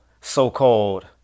so-called